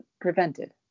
prevented